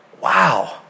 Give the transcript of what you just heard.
Wow